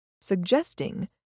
suggesting